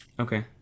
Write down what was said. Okay